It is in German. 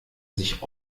sich